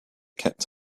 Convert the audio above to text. kept